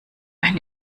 eine